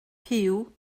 puw